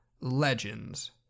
Legends